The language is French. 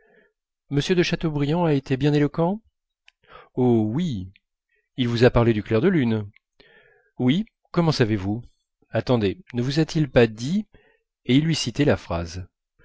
m de chateaubriand a été bien éloquent oh oui il vous a parlé du clair de lune oui comment savez-vous attendez ne vous a-t-il pas dit et il lui citait la phrase